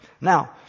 Now